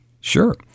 Sure